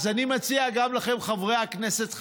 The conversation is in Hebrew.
אז אני מציע גם לכם, חברי הכנסת,